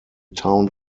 town